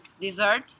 dessert